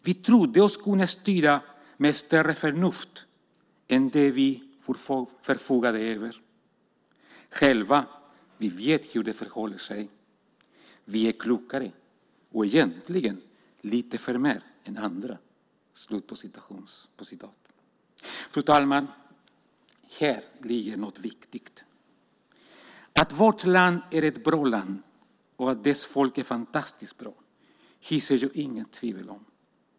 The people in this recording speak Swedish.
Vi trodde oss kunna styra med större förnuft än det vi förfogade över. - Själva vi vet hur det förhåller sig. Vi är klokare och egentligen lite förmer än andra." Fru talman! Häri ligger något viktigt. Att vårt land är ett bra land och att dess folk är fantastiskt bra hyser jag inget tvivel om.